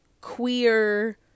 queer